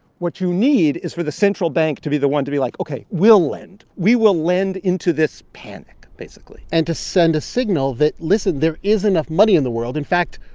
what you need is for the central bank to be the one to be like, ok, we'll lend. we will lend into this panic, basically and to send a signal that, listen, there is enough money in the world. in fact,